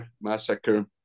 massacre